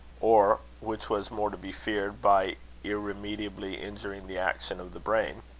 or, which was more to be feared, by irremediably injuring the action of the brain.